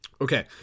Okay